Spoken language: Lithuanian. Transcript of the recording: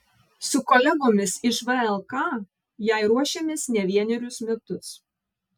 su kolegomis iš vlk jai ruošėmės ne vienerius metus